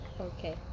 okay